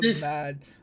mad